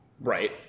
Right